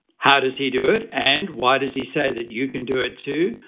how does he do it and why does he say that you can do it, too?